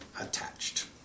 attached